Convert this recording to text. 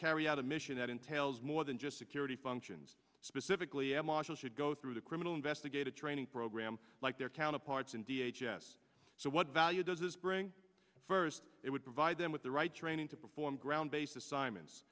carry out a mission that entails more than just security functions specifically air marshals should go through the criminal investigative training program like their counterparts in d h s so what value does this bring first it would provide them with the right training to perform ground based assignments